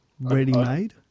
ready-made